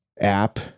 app